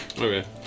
Okay